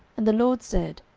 and the lord said,